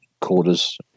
quarters